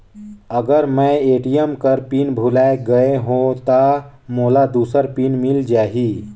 अगर मैं ए.टी.एम कर पिन भुलाये गये हो ता मोला दूसर पिन मिल जाही?